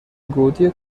گودی